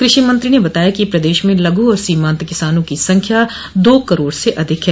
कृषि मंत्री ने बताया कि प्रदेश में लघु और सीमात किसानों की संख्या दो करोड़ से अधिक है